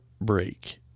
break